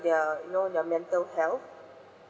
their you know their mental health